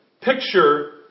Picture